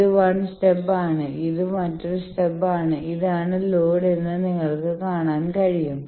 ഇത് 1 സ്റ്റബ് ആണ് ഇത് മറ്റൊരു സ്റ്റബ് ആണ് ഇതാണ് ലോഡ് എന്ന് നിങ്ങൾക്ക് കാണാൻ കഴിയും